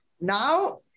Now